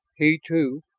he, too,